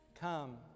Come